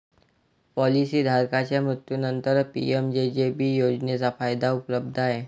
policy धारकाच्या मृत्यूनंतरच PMJJB योजनेचा फायदा उपलब्ध आहे